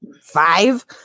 five